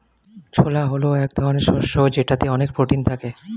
ছোলা হল এক ধরনের শস্য যেটাতে অনেক প্রোটিন থাকে